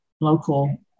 local